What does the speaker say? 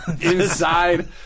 Inside